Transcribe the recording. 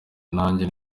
nanjye